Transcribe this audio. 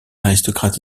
aristocrate